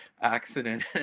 accident